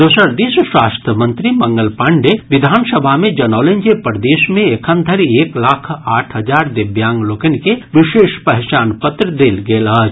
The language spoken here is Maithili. दोसर दिस स्वास्थ्य मंत्री मंगल पांडेय विधानसभा मे जनौलनि जे प्रदेश मे एखन धरि एक लाख आठ हजार दिव्यांग लोकनि के विशेष पहचान पत्र देल गेल अछि